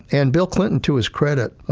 and bill clinton, to his credit,